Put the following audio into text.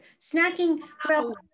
snacking